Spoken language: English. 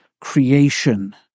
creation